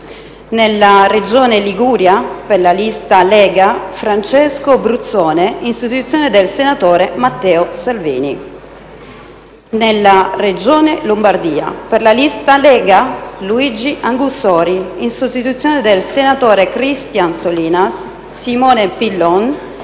nella Regione Liguria: per la lista «Lega», Francesco Bruzzone, in sostituzione del senatore Matteo Salvini; nella Regione Lombardia: per la lista «Lega», Luigi Augussori, in sostituzione del senatore Christian Solinas; Simone Pillon,